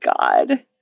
God